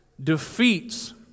defeats